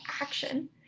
action